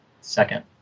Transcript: second